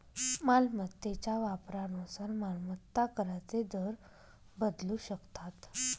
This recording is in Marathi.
मालमत्तेच्या वापरानुसार मालमत्ता कराचे दर बदलू शकतात